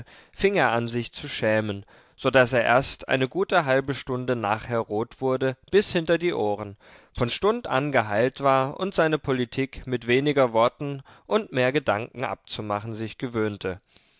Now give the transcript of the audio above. er an sich zu schämen so daß er erst eine gute halbe stunde nachher rot wurde bis hinter die ohren von stund an geheilt war und seine politik mit weniger worten und mehr gedanken abzumachen sich gewöhnte